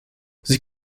sie